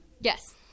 yes